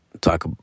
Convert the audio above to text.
talk